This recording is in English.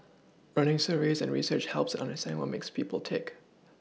running surveys and research helps in understanding what makes people tick